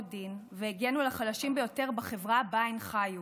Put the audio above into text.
דין והגנו על החלשים ביותר בחברה שבה הן חיו.